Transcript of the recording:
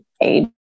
age